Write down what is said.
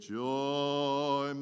joy